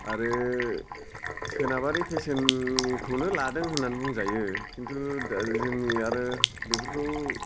आरो सोनाबारि फेसनखौनो लादों होननानै बुंजायो खिन्थु जोंनि आरो बेफोरखौ